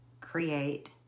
create